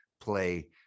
play